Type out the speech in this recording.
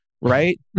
right